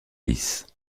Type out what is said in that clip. lisse